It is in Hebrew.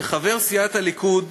כחבר סיעת הליכוד,